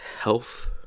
health